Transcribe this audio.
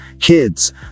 kids